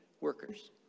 workers